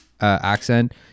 accent